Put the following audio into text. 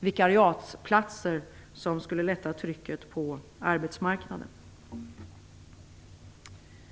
vikariatsplatser, vilket skulle lätta trycket på arbetsmarknaden.